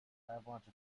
avalanche